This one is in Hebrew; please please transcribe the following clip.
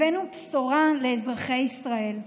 הבאנו בשורה לאזרחי ישראל.